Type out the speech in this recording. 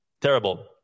terrible